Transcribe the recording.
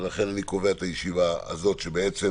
ולכן אני קובע את הישיבה הזאת, שבעצם